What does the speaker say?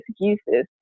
excuses